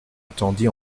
attendit